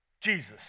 Jesus